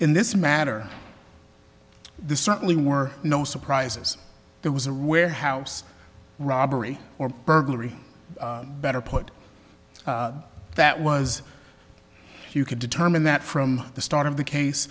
in this matter the certainly more no surprises there was a rare house robbery or burglary better put that was you could determine that from the start of the case